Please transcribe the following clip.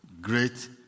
great